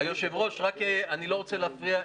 היושב-ראש, אני לא רוצה להפריע.